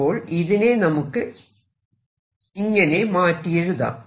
അപ്പോൾ ഇതിനെ നമുക്ക് ഇങ്ങനെ മാറ്റി എഴുതാം